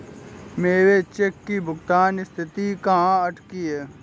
मेरे चेक की भुगतान स्थिति कहाँ अटकी है?